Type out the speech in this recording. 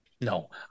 No